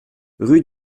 rue